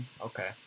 Okay